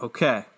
Okay